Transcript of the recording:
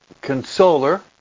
consoler